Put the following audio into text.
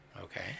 Okay